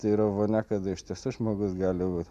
tai yra vonia kada iš tiesų žmogus gali būt